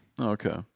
Okay